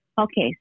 Okay